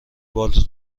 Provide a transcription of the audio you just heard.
بالت